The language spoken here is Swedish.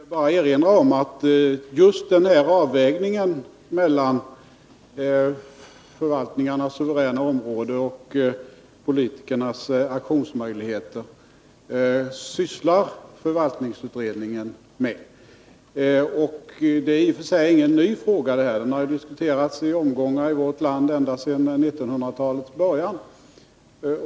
Fru talman! Jag vill bara erinra om att förvaltningsutredningen sysslar med just den här avvägningen mellan förvaltningarnas suveräna område och politikernas. Det här är i och för sig ingen ny fråga — den har diskuterats i omgångar i vårt land ända sedan 1900-talets början.